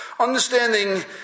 Understanding